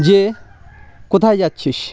যে কোথায় যাচ্ছিস